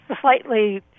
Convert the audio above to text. slightly